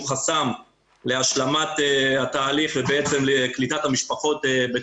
חסם להשלמת התהליך ובעצם לקליטת המשפחות על